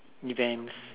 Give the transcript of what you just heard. events